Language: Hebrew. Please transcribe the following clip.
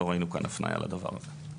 לא ראינו כאן הפניה לדבר הזה.